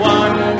one